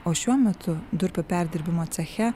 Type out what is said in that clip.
o šiuo metu durpių perdirbimo ceche